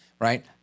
right